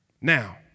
Now